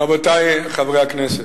רבותי חברי הכנסת.